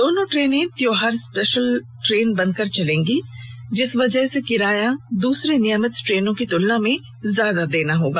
दोनों ट्रेनें त्योहारी स्पेशल बनकर चलेंगी जिस वजह से किराया दूसरी नियमित ट्रेनों की तुलना में ज्यादा चुकाना होगा